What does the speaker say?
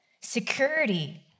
security